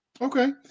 okay